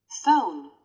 phone